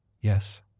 Yes